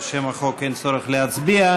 על שם החוק אין צורך להצביע.